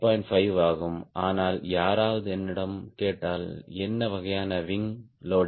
5 ஆகும் ஆனால் யாராவது என்னிடம் கேட்டால் என்ன வகையான விங் லோடிங்